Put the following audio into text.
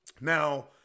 now